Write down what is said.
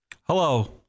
Hello